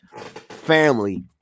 Family